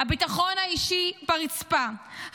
הביטחון האישי ברצפה,